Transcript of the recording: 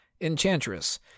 Enchantress